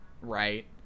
right